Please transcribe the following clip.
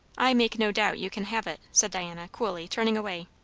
i make no doubt you can have it, said diana coolly, turning away.